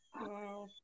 Wow